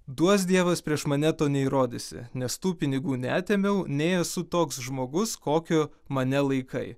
duos dievas prieš mane to neįrodysi nes tų pinigų neatėmiau nei esu toks žmogus kokiu mane laikai